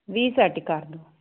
ਵੀਹ ਸੈਟ ਕਰ ਦਿਓ